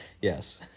yes